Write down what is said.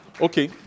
Okay